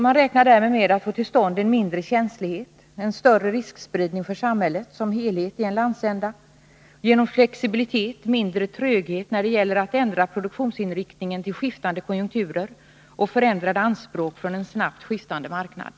Man räknar med att därmed få till stånd en mindre känslighet och en större riskspridning för samhället som helhet i en landsända, genom flexibilitet och mindre tröghet när det gäller att ändra produktionsinriktningen vid skiftande konjunkturer och förändrade anspråk från en snabbt skiftande marknad.